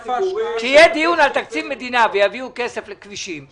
כשיהיה הדיון על תקציב המדינה ויביאו כסף לכבישים,